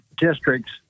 districts